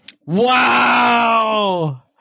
Wow